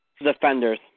Defenders